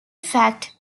fact